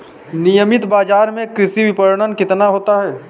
नियमित बाज़ार में कृषि विपणन कितना होता है?